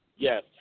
Yes